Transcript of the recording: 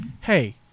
Hey